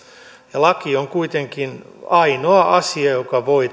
laki on kuitenkin ainoa asia joka voi